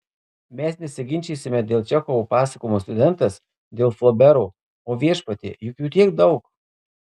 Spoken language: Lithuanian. mes nesiginčysime dėl čechovo pasakojimo studentas dėl flobero o viešpatie juk jų tiek daug